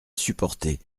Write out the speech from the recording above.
supporter